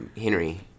Henry